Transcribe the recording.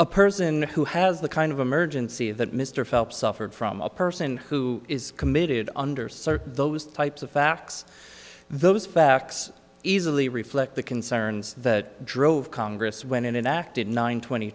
a person who has the kind of emergency that mr phelps suffered from a person who is committed under certain those types of facts those facts easily reflect the concerns that drove congress went in and acted nine twenty